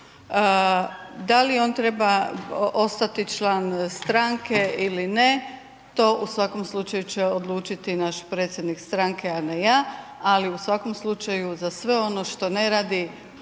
Da li on treba ostati član stranke ili ne to u svakom slučaju će odlučiti naš predsjednik stranke, a ne ja, ali u svakom slučaju za sve ono što ne radi,